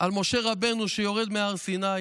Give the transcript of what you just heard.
על משה רבנו שיורד מהר סיני